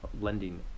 lending